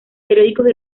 periódicos